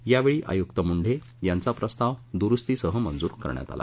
यावेळी आयुक्त मुंढे यांचा प्रस्ताव दुरुस्तीसह मंजूर करण्यात आला